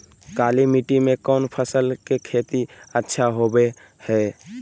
काली मिट्टी में कौन फसल के खेती अच्छा होबो है?